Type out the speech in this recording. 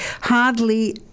hardly